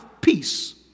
peace